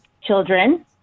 children